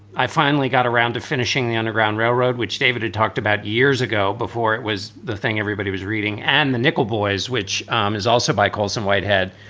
i finally got around to finishing the underground railroad, which david had talked about years ago, before it was the thing everybody was reading, and the nickel boys, which um is also by colson whitehead,